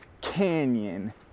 canyon